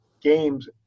games